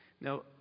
Now